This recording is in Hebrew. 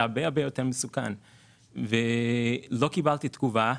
אבל לא קיבלתי תגובה.